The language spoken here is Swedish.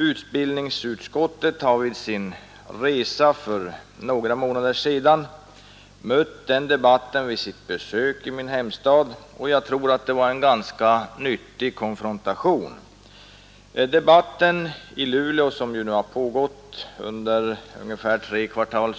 Utbildningsutskottet har vid sin resa för några månader sedan mött den debatten under sitt besök i min hemstad. Jag tror att det var en ganska nyttig konfrontation. Debatten i Luleå, som ju nu har pågått under ungefär tre kvartal,